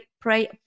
pray